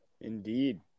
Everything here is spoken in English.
Indeed